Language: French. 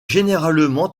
généralement